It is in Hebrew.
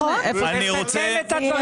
אני רוצה להמשיך את דבריי.